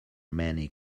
many